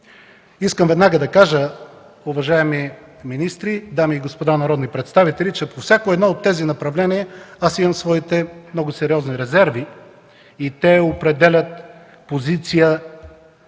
Искам веднага да кажа, уважаеми министри, дами и господа народни представители, че по всяко едно от тези направления аз имам своите много сериозни резерви и те определят позицията